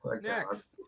Next